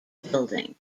building